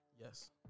Yes